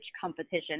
competition